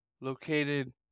located